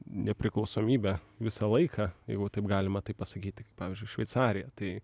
nepriklausomybę visą laiką jeigu taip galima taip pasakyti kaip pavyzdžiui šveicarija tai